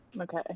okay